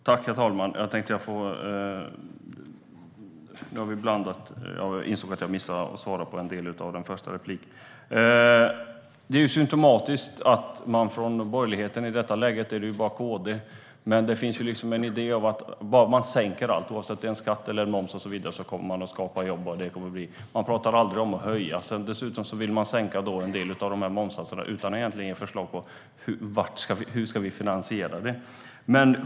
Herr talman! Jag insåg att jag missade att svara på en del i Larry Söders första replik. Det är symtomatiskt att det från borgerligheten - i detta läge är det bara KD - finns en idé om att om man bara sänker skatter, oavsett om det är en momssats eller en annan skatt, kommer det att skapas jobb. De talar aldrig om att höja skatter. Dessutom vill de sänka en del av dessa momssatser utan att egentligen ge förslag på hur vi ska finansiera detta.